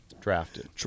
Drafted